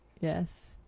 Yes